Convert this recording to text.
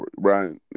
Brian